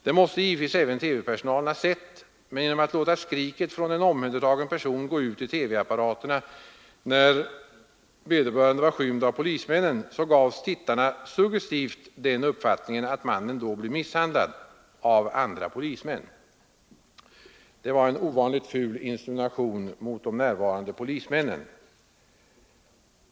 Det måste givetvis även TV-personalen ha sett, men genom att låta skriket från en omhändertagen person gå ut i TV-apparaterna, när vederbörande var skymd av polismännen, gavs tittarna suggestivt den uppfattningen att mannen då blev misshandlad av andra polismän. Det var en ovanligt ful insinuation mot de närvarande polismännen.